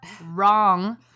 wrong